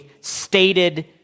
stated